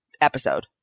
episode